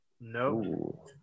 No